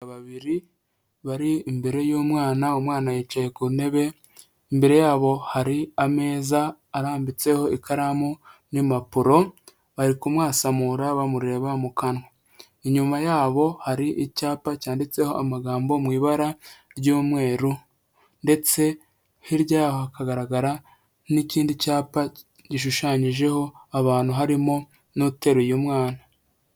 Abana babiri bari imbere y'umwana umwana yicaye ku ntebe imbere yabo hari ameza arambitseho ikaramu n'impapuro, barikumwasamura bamureba mu kanwa. Inyuma yabo hari icyapa cyanditseho amagambo mu ibara ry'umweru ndetse hirya hakagaragara n'ikindi cyapa gishushanyijeho abantu harimo n'uteruye umwana.